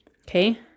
okay